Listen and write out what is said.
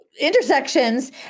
intersections